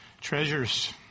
treasures